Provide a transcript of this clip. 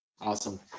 Awesome